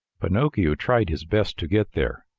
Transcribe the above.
pinocchio tried his best to get there,